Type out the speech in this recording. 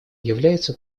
является